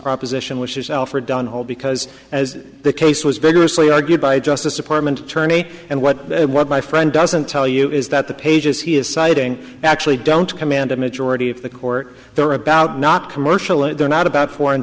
proposition which is alford on hold because as the case was vigorously argued by justice department attorney and what what my friend doesn't tell you is that the pages he is citing actually don't command a majority of the court they're about not commercial and they're not about foreign